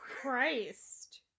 Christ